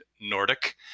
Nordic